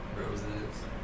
Roses